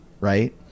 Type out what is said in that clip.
Right